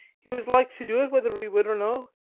he was like to do it whether we would or no.